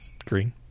green